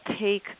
take